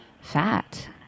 fat